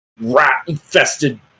rat-infested